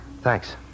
Thanks